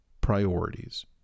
priorities